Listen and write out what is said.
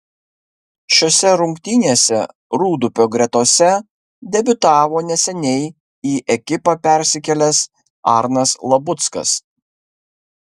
šiose rungtynėse rūdupio gretose debiutavo neseniai į ekipą persikėlęs arnas labuckas